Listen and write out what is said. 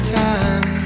time